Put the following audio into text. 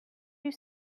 you